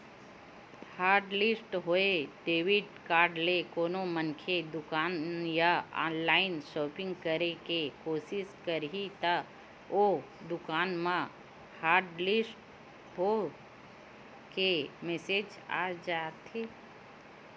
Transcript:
hotlist होए debit card ले कोनो मनखे दुकान या ऑनलाईन सॉपिंग करे के कोसिस करही त ओ दुकान म हॉटलिस्ट होए के मेसेज आ जाथे